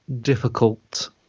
difficult